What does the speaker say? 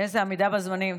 איזו עמידה בזמנים.